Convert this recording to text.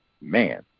man